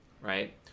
Right